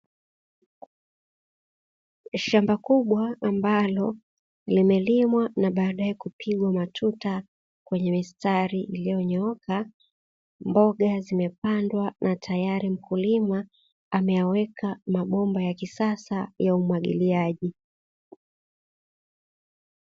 Shamba kubwa ambalo limelimwa na baadae kupigwa matuta kwenye mistari iliyo nyooka, mboga zimepandwa na tayari mkulima ameyaweka mabomba ya kisasa ya umwagiliaji.